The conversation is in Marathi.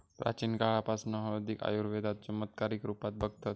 प्राचीन काळापासना हळदीक आयुर्वेदात चमत्कारीक रुपात बघतत